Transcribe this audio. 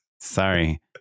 Sorry